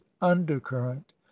undercurrent